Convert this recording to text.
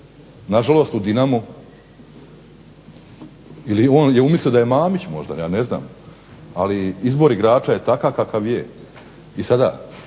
nažalost u Dinamu ili je on umislio da je Mamić možda, ja ne znam, ali izbor igrača je takav kakav je. I sada